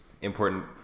important